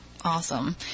awesome